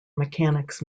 mechanics